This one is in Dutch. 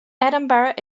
edinburg